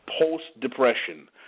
post-Depression